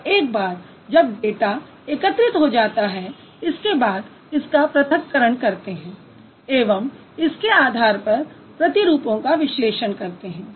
और एक बार जब डाटा एकत्रित हो जाता है इसके बाद इसका पृथक करण करते हैं एवं इसके आधार पर प्रतिरूपों का विश्लेषण करते हैं